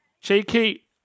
Cheeky